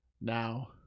Now